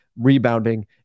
rebounding